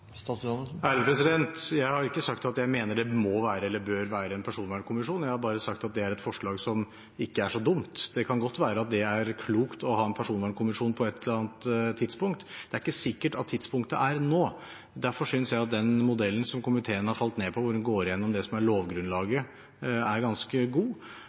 Jeg har ikke sagt at jeg mener det må være eller bør være en personvernkommisjon. Jeg har bare sagt at det er et forslag som ikke er så dumt. Det kan godt være at det er klokt å ha en personvernkommisjon på et eller annet tidspunkt. Det er ikke sikkert at tidspunktet er nå. Derfor synes jeg at den modellen som komiteen har falt ned på, hvor en går gjennom det som er lovgrunnlaget, er ganske god.